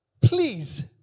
Please